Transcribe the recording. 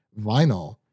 vinyl